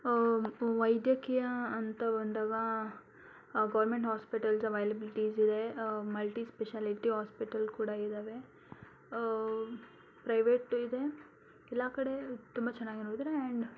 ವೈದ್ಯಕೀಯ ಅಂತ ಬಂದಾಗ ಗೌರ್ಮೆಂಟ್ ಹಾಸ್ಪಿಟಲ್ಸ್ ಅವೈಲಿಬ್ಲಿಟೀಸ್ ಇದೆ ಮಲ್ಟಿ ಸ್ಪೆಷಾಲಿಟಿ ಆಸ್ಪಿಟಲ್ ಕೂಡ ಇದಾವೆ ಪ್ರೈವೇಟು ಇದೆ ಎಲ್ಲ ಕಡೆ ತುಂಬ ಚೆನ್ನಾಗಿ ಆ್ಯಂಡ್